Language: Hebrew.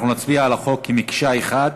אנחנו נצביע על החוק כמקשה אחת,